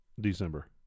December